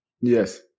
Yes